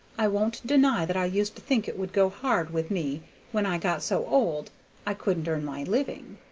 i won't deny that i used to think it would go hard with me when i got so old i couldn't earn my living.